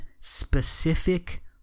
specific